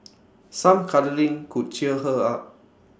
some cuddling could cheer her up